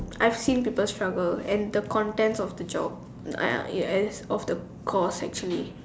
I've seen people struggle and the contents of the job I I ya of the course actually